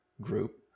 group